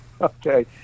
okay